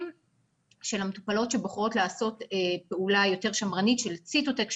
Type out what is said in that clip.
של המטופלות שבוחרות לעשות פעולה יותר שמרנית של ציטוטק,